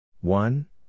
one